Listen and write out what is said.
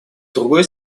другой